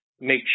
Make